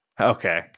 Okay